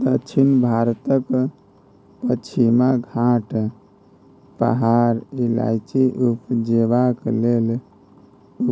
दक्षिण भारतक पछिमा घाट पहाड़ इलाइचीं उपजेबाक लेल